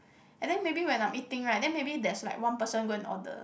and then maybe when I'm eating right then maybe there's like one person go and order